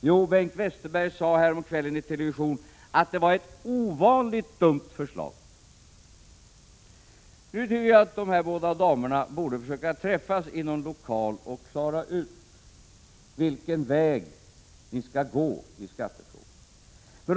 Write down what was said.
Jo, Bengt Westerberg sade häromkvällen i televisionen att det var ett ovanligt dumt förslag. Jag tycker att de båda berörda damerna borde träffas i någon lokal och försöka klara ut vilken väg ni skall gå i skattefrågorna.